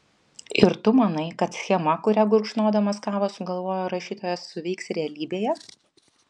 ir tu manai kad schema kurią gurkšnodamas kavą sugalvojo rašytojas suveiks realybėje